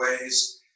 ways